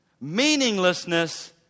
Meaninglessness